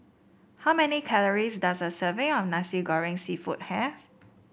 how many calories does a serving of Nasi Goreng seafood have